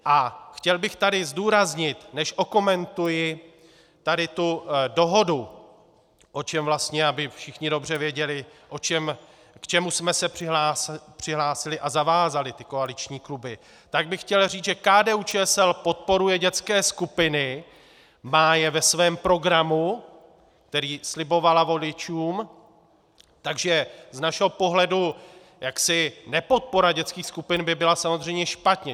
A chtěl bych tady zdůraznit, než okomentuji tady tu dohodu, o čem vlastně, aby všichni dobře věděli, k čemu jsme se přihlásili a k čemu se zavázaly ty koaliční kluby, tak bych chtěl říct, že KDUČSL podporuje dětské skupiny, má je ve svém programu, který slibovala voličům, takže z našeho pohledu jaksi nepodpora dětských skupin by byla samozřejmě špatně.